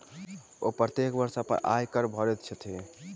ओ प्रत्येक वर्ष अपन आय कर भरैत छथि